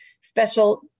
special